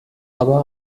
aber